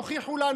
ותוכיחו לנו,